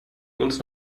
uns